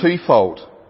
twofold